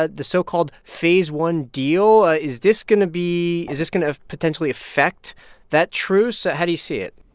but the so-called phase one deal. ah is this going to be is this going to potentially affect that truce? how do you see it?